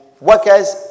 workers